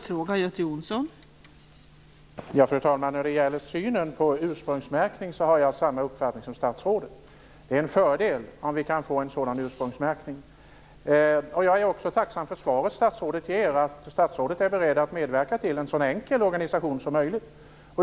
Fru talman! När det gäller synen på ursprungsmärkning har jag samma uppfattning som statsrådet. Det är en fördel om vi kan få en sådan ursprungsmärkning. Jag är också tacksam för det svar statsrådet ger, nämligen att statsrådet är beredd att medverka till en så enkel organisation som möjligt.